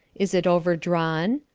is it overdrawn?